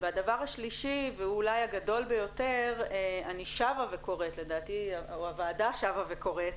דבר שלישי ואולי הגדול ביותר, הוועדה שבה וקוראת